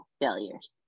failures